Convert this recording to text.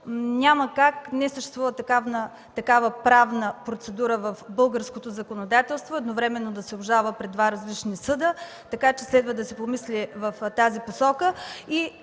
Няма как, не съществува такава правна процедура в българското законодателство – едновременно да се обжалва пред два различни съда. Следва да се помисли в тази посока.